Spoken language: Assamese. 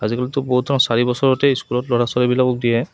আজিকালিতো বহুতৰ চাৰি বছৰতে স্কুলত ল'ৰা ছোৱালীবিলাকক দিয়ে